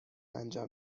انجام